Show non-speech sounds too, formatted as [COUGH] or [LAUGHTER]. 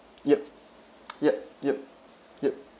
yup [NOISE] yup yup yup